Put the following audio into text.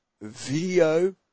Video